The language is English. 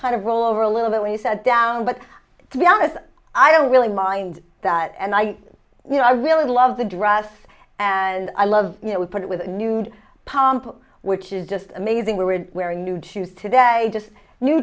kind of roll over a little bit we sat down but to be honest i don't really mind that and i you know i really love the dress and i love you know we put it with a nude pump which is just amazing we're wearing new juice today just new